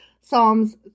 Psalms